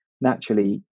naturally